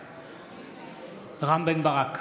רם בן ברק,